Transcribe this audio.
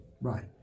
Right